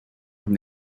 from